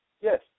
yes